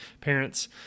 parents